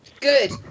Good